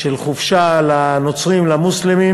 של חופשה לנוצרים ולמוסלמים,